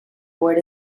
board